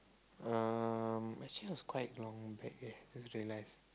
um actually was quite long back eh just realise